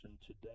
today